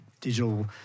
digital